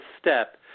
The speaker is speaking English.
step